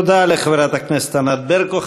תודה לחברת הכנסת ענת ברקו.